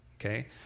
Okay